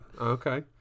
Okay